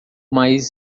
mais